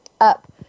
up